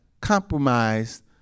compromised